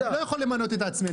אני לא יכול למנות את עצמי.